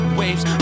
waves